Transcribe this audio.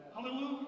Hallelujah